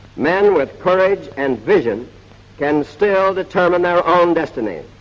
men with courage and vision can still determine their own destiny.